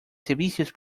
servicios